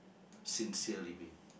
sincere living